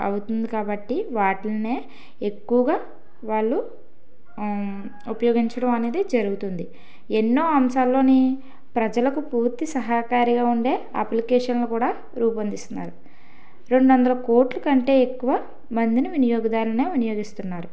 అవుతుంది కాబట్టి వాటినే ఎక్కువగా వాళ్ళు ఉపయోగించడం అనేది జరుగుతుంది ఎన్నో అంశాల్లోని ప్రజలకు పూర్తి సహకారిగా ఉండే అప్లికేషన్లు కూడా రూపొందిస్తున్నారు రెండవందల కోట్ల కంటే ఎక్కువ మందిని వినియోగదారులనే వినియోగిస్తున్నారు